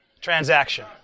Transaction